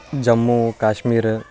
Jammu Kashmir